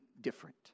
different